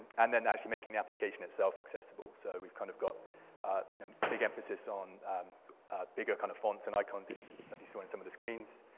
and then actually making the application itself accessible. so we've kind of got a big emphasis on bigger kind of fonts and icons, as you saw in some of the screens,